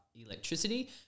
electricity